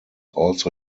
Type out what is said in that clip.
also